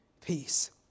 peace